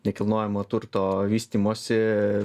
nekilnojamo turto vystymosi